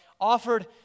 offered